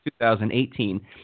2018